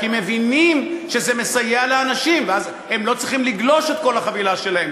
כי מבינים שזה מסייע לאנשים ואז הם לא צריכים לגלוש את כל החבילה שלהם.